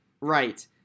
Right